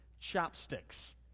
Chopsticks